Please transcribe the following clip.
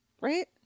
Right